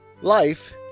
life